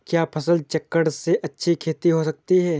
क्या फसल चक्रण से अच्छी खेती हो सकती है?